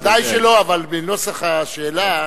ודאי שלא, אבל בנוסח השאלה,